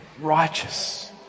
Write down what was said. righteous